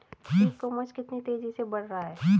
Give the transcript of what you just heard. ई commerce कितनी तेजी से बढ़ रहा है?